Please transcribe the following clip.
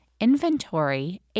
inventory